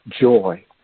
Joy